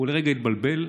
הוא לרגע התבלבל: